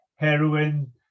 Heroin